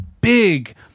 big